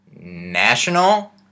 National